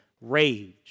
rage